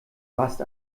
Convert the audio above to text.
warst